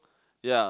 ya